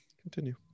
Continue